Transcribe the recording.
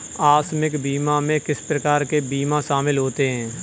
आकस्मिक बीमा में किस प्रकार के बीमा शामिल होते हैं?